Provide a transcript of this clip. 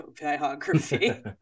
biography